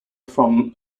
from